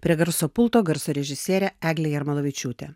prie garso pulto garso režisierė eglė jarmalavičiūtė